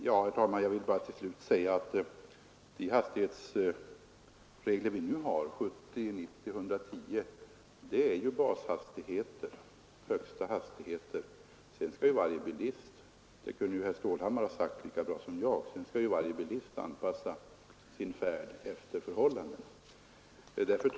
Herr talman! Jag vill bara till slut säga att de bashastigheter vi nu har — 70, 90 och 110 km/tim — innebär högsta hastigheter. Sedan skall ju varje bilist — och det kunde herr Stålhammar ha sagt lika bra som jag — anpassa sin färd efter förhållandena.